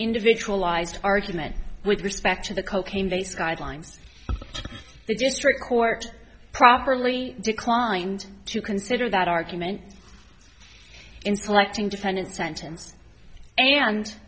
individualized argument with respect to the cocaine based guidelines the district court properly declined to consider that argument in selecting defendant sentence and